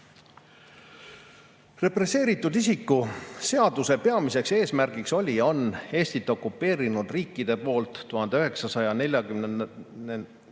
Represseeritud isiku seaduse peamine eesmärk oli ja on Eestit okupeerinud riikide poolt 1940.